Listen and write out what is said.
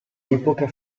epoca